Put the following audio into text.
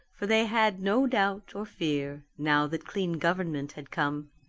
for they had no doubt or fear, now that clean government had come.